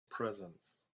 presence